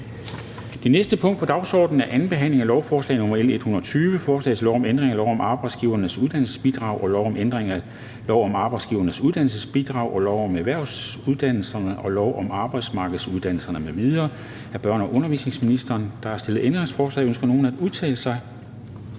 Det næste punkt på dagsordenen er: 37) 2. behandling af lovforslag nr. L 120: Forslag til lov om ændring af lov om Arbejdsgivernes Uddannelsesbidrag og lov om ændring af lov om Arbejdsgivernes Uddannelsesbidrag, lov om erhvervsuddannelser og lov om arbejdsmarkedsuddannelser m.v. (Justering af det praktikpladsafhængige arbejdsgiverbidrag og indførelse af fleksibelt